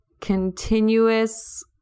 continuous